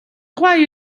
гуай